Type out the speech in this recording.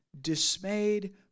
dismayed